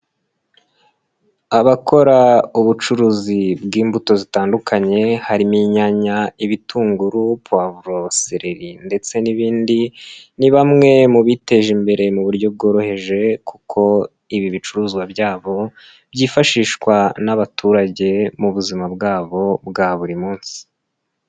Abakora ubucuruzi bw'imbuto zitandukanye, harimo inyanya, ibitunguru, pavuro, seleri ndetse n'ibindi, ni bamwe mu biteje imbere mu buryo bworoheje kuko ibi bicuruzwa byabo byifashishwa n'abaturage mu buzima bwabo bwa buri munsi.